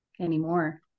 anymore